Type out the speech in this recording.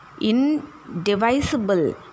indivisible